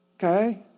Okay